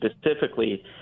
specifically